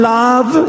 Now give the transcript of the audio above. love